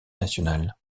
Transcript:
nationale